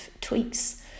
tweaks